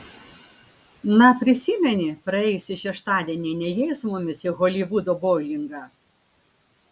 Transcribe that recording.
na prisimeni praėjusį šeštadienį nėjai su mumis į holivudo boulingą